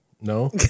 No